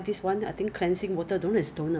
yeah lah 他们有上 course 的